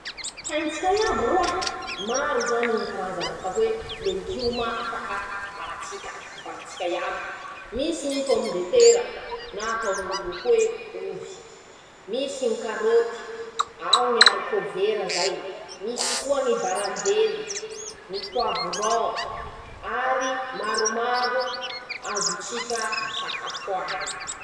Haitsika iaby roahy, maro zany ñy karazana atao hoe legioma afaka ambara tsika, amabara tsika iaby: -Misy ñy pome de tera na atao n'olo hoe :"ovy", misy ñy karôty, ao ñy arikôvera zay, misy koa ñy baranjely, ñy poaviron ary maromaro azo tsika. sakafoany.